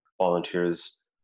volunteers